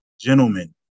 gentlemen